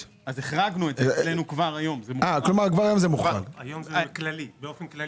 החרגנו את זה אלינו כבר היום, באופן כללי.